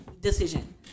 decision